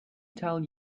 tell